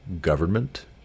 government